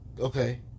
okay